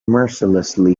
mercilessly